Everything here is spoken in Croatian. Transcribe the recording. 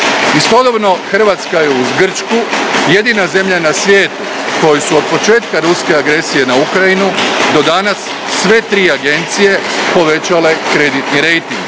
Istodobno, Hrvatska je, uz Grčku, jedina zemlja na svijetu kojoj su, od početka ruske agresije na Ukrajinu do danas, sve tri agencije povećale kreditni rejting,